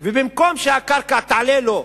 ובמקום שהקרקע תעלה לו,